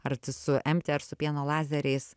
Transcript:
ar tai su empti ar su pieno lazeriais